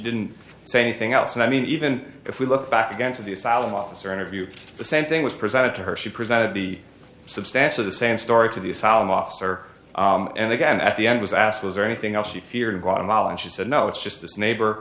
didn't say anything else and i mean even if we look back again to the asylum officer interview the same thing was presented to her she presented the substantially the same story to the asylum officer and again at the end was asked was there anything else she feared guatemala and she said no it's just this neighbor